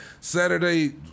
Saturday